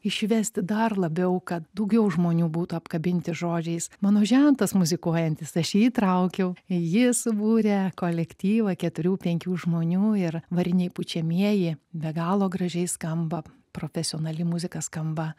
išvesti dar labiau kad daugiau žmonių būtų apkabinti žodžiais mano žentas muzikuojantis aš jį įtraukiau jis subūrė kolektyvą keturių penkių žmonių ir variniai pučiamieji be galo gražiai skamba profesionali muzika skamba